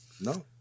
No